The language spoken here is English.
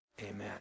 Amen